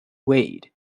wade